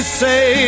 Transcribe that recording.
say